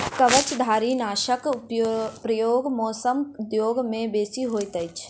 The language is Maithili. कवचधारीनाशकक प्रयोग मौस उद्योग मे बेसी होइत अछि